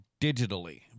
digitally